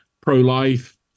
pro-life